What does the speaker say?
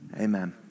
Amen